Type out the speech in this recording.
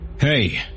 Hey